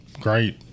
great